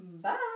bye